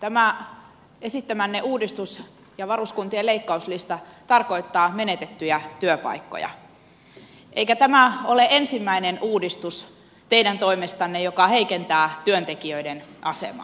tämä esittämänne uudistus ja varuskuntien leikkauslista tarkoittaa menetettyjä työpaikkoja eikä tämä ole teidän toimestanne ensimmäinen uudistus joka heikentää työntekijöiden asemaa